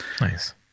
Nice